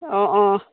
অঁ অঁ